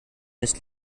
nicht